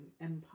empire